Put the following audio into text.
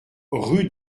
rue